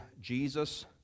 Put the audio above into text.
Jesus